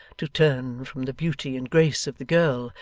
to turn from the beauty and grace of the girl,